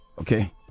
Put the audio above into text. Okay